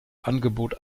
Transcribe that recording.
angebot